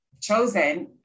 chosen